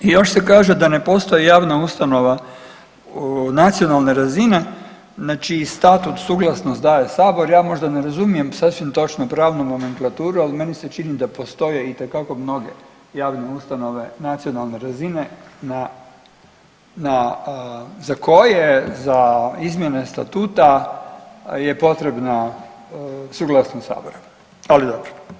I još se kaže da ne postoji javna ustanova nacionalne razine, znači i statut i suglasnost daje sabor, ja možda ne razumijem sasvim točno pravnu nomenklaturu, al meni se čini da postoje itekako mnoge javne ustanove nacionalne razine na, na, za koje za izmjene statuta je potrebna suglasnost sabora, ali dobro.